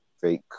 Fake